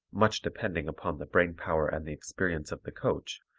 much depending upon the brain power and the experience of the coach,